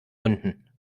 unten